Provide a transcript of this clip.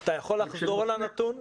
אתה יכול לחזור על הנתון?